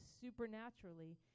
supernaturally